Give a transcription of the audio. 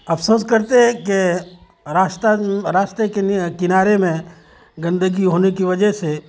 افسوس کرتے کہ راستہ راستے کے کنارے میں گندگی ہونے کی وجہ سے